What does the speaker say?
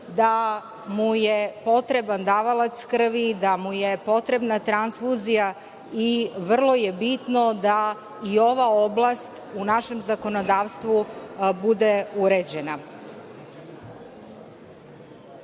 da mu je potreban davalac krvi, da mu je potrebna transfuzija i vrlo je bitno da i ova oblast u našem zakonodavstvu bude uređena. Krenula